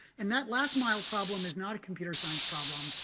and that last-mile problem is not a computer science problem.